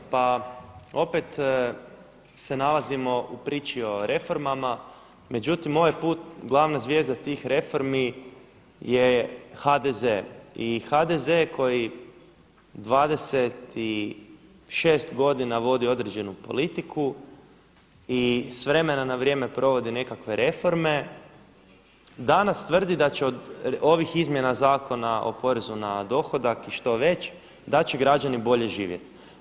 Eto pa opet se nalazimo u priči o reformama, međutim ovaj put glavna zvijezda tih reformi je HDZ i HDZ koji 26 godina vodi određenu politiku i s vremena na vrijeme provodi nekakve reforme, danas tvrdi da će od ovih izmjena zakona o porezu na dohodak i što već da će građani bolje živjeti.